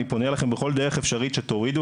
אני פונה אליכם בכל דרך אפשרית שתורידו